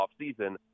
offseason